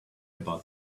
about